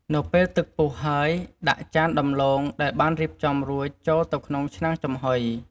នៅពេលទឹកពុះហើយ ដាក់ចានដំឡូងដែលបានរៀបចំរួចចូលទៅក្នុងឆ្នាំងចំហុយ។